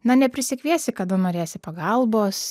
na neprisikviesi kada norėsi pagalbos